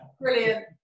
Brilliant